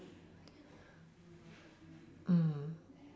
mm